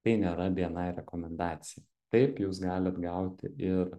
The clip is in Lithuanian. tai nėra bni rekomendacija taip jūs galit gauti ir